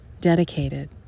Dedicated